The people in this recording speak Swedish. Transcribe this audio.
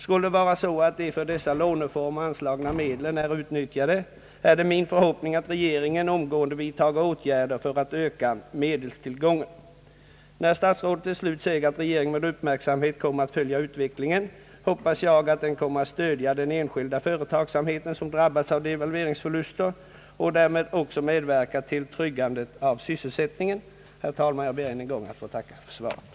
Skulle det vara så att de för dessa låneformer anslagna medlen är utnyttjade, är det min förhoppning, att regeringen omgående vidtager åtgärder för att öka medelstillgången. När herr statsrådet till slut säger att regeringen med uppmärksamhet kommer att följa utvecklingen, hoppas jag att den kommer att stödja den enskilda företagsamheten som drabbats av devalveringsförluster och därmed också medverka till tryggande av sysselsättningen. Herr talman! Jag ber ännu en gång att få tacka för svaret.